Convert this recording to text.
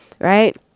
right